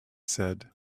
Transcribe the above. said